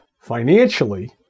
financially